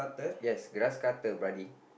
yes grass cutter buddy